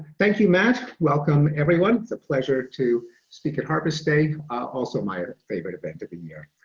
thank you matt. welcome, everyone. it's a pleasure to speak at harvest day also my favorite event of the year.